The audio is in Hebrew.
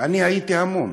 אני הייתי המום.